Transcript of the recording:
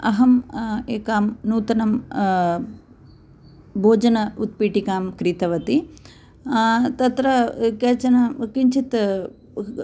अहं एकां नूतनं भोजन उत्पीठिकां कृतवती तत्र केचन किञ्चित्